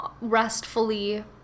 restfully